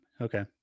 okay